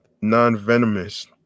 non-venomous